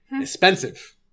expensive